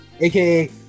AKA